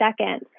second